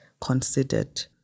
considered